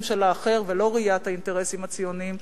של האחר ולא מתוך ראיית האינטרסים הציוניים,